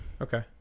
Okay